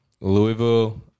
Louisville